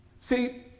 See